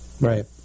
Right